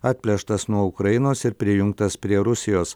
atplėštas nuo ukrainos ir prijungtas prie rusijos